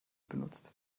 benutzt